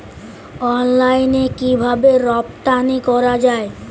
অনলাইনে কিভাবে রপ্তানি করা যায়?